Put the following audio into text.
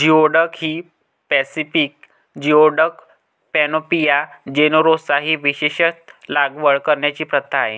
geoduck ही Pacific geoduck, Panopea generosa ही विशेषत लागवड करण्याची प्रथा आहे